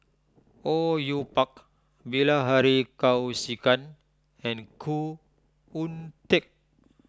Au Yue Pak Bilahari Kausikan and Khoo Oon Teik